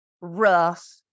rough